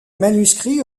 manuscrits